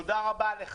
תודה רבה לך.